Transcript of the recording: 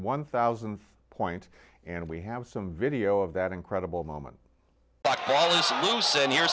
one thousand points and we have some video of that incredible moment in